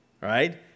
Right